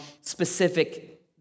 specific